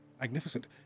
magnificent